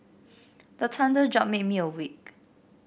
the thunder jolt me awake